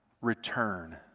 return